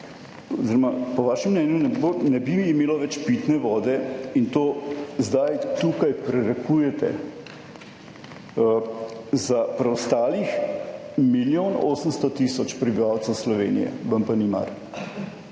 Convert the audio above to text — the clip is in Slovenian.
po vašem mnenju ne bi imelo več pitne vode in to zdaj tukaj prerekujete. Za preostalih milijon 800 tisoč prebivalcev Slovenije, vam pa ni mar.